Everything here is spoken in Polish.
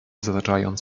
zataczając